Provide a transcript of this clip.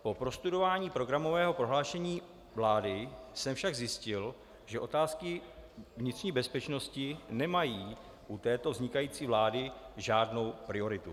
Po prostudování programového prohlášení vlády jsem však zjistil, že otázky vnitřní bezpečnosti nemají u této vznikající vlády žádnou prioritu.